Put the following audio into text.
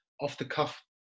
off-the-cuff